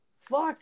fuck